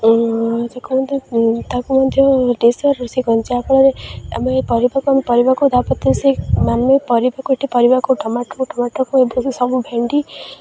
କହନ୍ତି ତା'କୁ ମଧ୍ୟ ରୋଷେଇ କରନ୍ତି ଯାହାଫଳରେ ଆମେ ପରିବାକୁ ଆମେ ପରିବାକୁ ସେ ଆମେ ପରିବାକୁ ଏଠି ପରିବାକୁ ଟମାଟୋକୁ ଟମାଟୋକୁ ଏ ସବୁ ଭେଣ୍ଡି